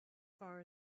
far